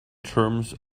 terms